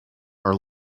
are